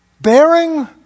Bearing